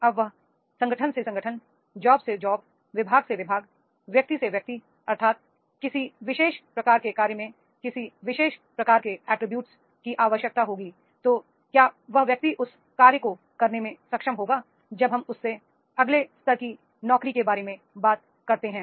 अब यह संगठन से संगठन जॉब से जॉब विभाग से विभाग व्यक्ति से व्यक्ति अर्थात किसी विशेष प्रकार के कार्य में किसी विशेष प्रकार के अटरीब्यूट्स की आवश्यकता होगी तो क्या वह व्यक्ति उस कार्य को करने में सक्षम होगा जब हम उससे अगले स्तर की नौकरी के बारे में बात करते हैं